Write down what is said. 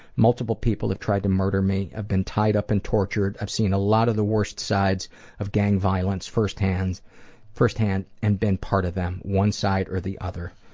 multiple people have tried to murder me, i've been tied up and tortured, i've seen a lot of the worst sides of gang violence firsthand firsthand and been part of them, one side or the other.